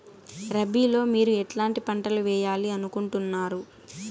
రబిలో మీరు ఎట్లాంటి పంటలు వేయాలి అనుకుంటున్నారు?